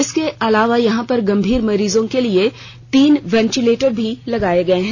इसके अलावा यहाँ पर गंभीर मरीजों के लिए तीन वेंटिलेटर भी लगाए गए हैं